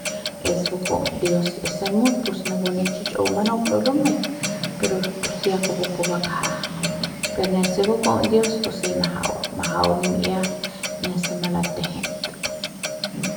Es baku'uts dios y se mut napu ne chichu manup lu'ui lumei pero pus ya kupu bakja per nese baku'uts dios pus si majau majau ne mi'ia ne se malatejet.